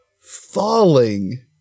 Falling